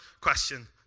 question